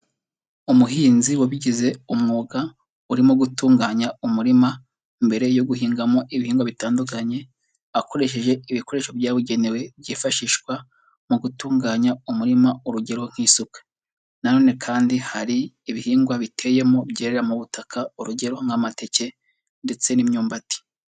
Umuhinzi wabigize umwuga, urimo gutunganya umurima, mbere yo guhingamo ibihingwa bitandukanye, akoresheje ibikoresho byabugenewe byifashishwa, mu gutunganya umurima, urugero nk'isuka. Na none kandi hari ibihingwa biteyemo byerera mu butaka, urugero: nk'amateke ndetse n'imyumbati.